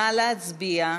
נא להצביע.